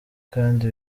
kandi